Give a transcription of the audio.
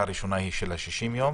של ה-60 יום